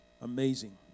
Amazing